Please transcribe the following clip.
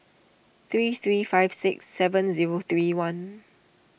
three three five six seven zero three one